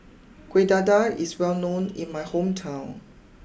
Kuih Dadar is well known in my hometown